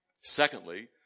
Secondly